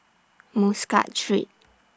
Muscat Street